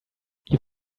you